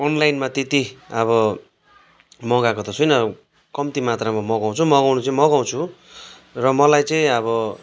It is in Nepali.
अनलाइनमा त्यति अब मगाएको त छुइनँ कम्ती मात्रामा मगाउँछु मगाउनु चाहिँ मगाउँछु र मलाई चाहिँ अब